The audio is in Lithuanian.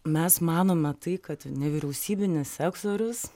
mes manome tai kad nevyriausybinis sektorius